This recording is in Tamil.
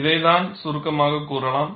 ≥ இதைத்தான் சுருக்கமாகக் கூறலாம்